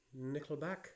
Nickelback